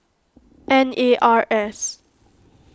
N A R S